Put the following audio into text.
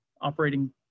operating